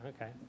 Okay